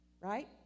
right